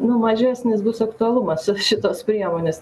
nu mažesnis bus aktualumas šitos priemonės